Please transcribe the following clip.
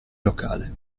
locale